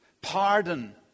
pardon